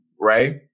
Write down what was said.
right